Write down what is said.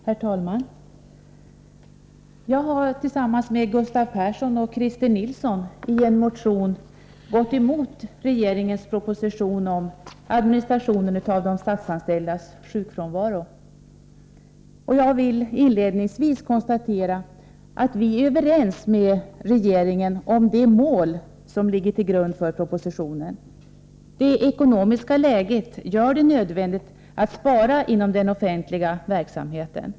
Herr talman! Jag har tillsammans med Gustav Persson och Christer Nilsson i en motion gått emot regeringens proposition om administrationen av de statsanställdas sjukfrånvaro. Jag vill inledningsvis konstatera att vi är överens med regeringen om de mål som ligger till grund för propositionen. Det ekonomiska läget gör det nödvändigt att spara inom den offentliga verksamheten.